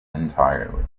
entirely